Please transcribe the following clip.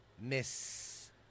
Miss